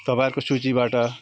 तपाईँहरूको सूचीबाट